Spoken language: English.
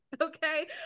okay